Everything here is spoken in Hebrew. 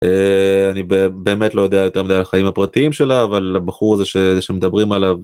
אני באמת לא יודע יותר מדי על החיים הפרטיים שלה, אבל הבחור הזה שמדברים עליו.